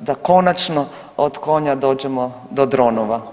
da konačno od konja dođemo do dronova.